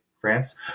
France